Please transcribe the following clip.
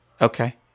Okay